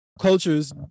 cultures